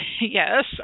yes